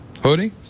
Hoodie